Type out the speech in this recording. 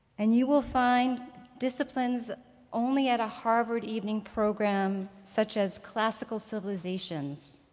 and you will find disciplines only at a harvard evening program, such as classical civilizations,